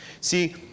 See